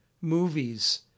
movies